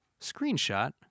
screenshot